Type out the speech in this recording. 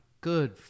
good